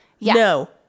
no